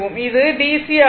இது r DC ஆகும்